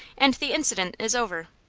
and the incident is over.